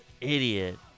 Idiot